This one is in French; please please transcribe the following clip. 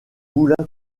moulin